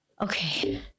Okay